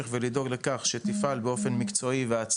תפקיד חשוב לדאוג לכך שהיא תפעל באופן עצמאי